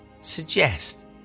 suggest